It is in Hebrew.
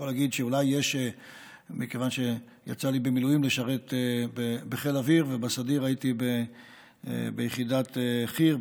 מכיוון שיצא לי במילואים לשרת בחיל האוויר ובסדיר הייתי ביחידת חי"ר,